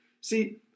See